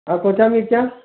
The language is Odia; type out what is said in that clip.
ଆଉ କଞ୍ଚା ମିର୍ଚା